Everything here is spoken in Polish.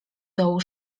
dołu